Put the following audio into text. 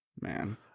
man